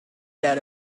that